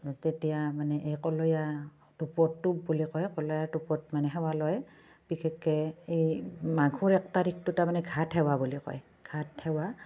তেতিয়া মানে এই কলয়া টোপত টোপ বুলি কয় কলয়া টোপত মানে সেৱা লয় বিশেষকৈ এই মাঘৰ এক তাৰিখটো তাৰমানে ঘাট সেৱা বুলি কয় ঘাট সেৱা